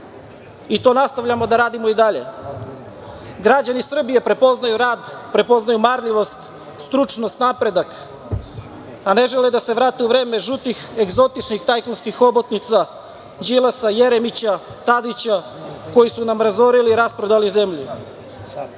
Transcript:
i to nastavljamo da radimo i dalje. Građani Srbije prepoznaju rad, prepoznaju marljivost, stručnost, napredak, a ne žele da se vrate u vreme žutih egzotičnih tajkunskih hobotnica Đilasa, Jeremića, Tadića, koji su nam razorili i rasprodali zemlju. Na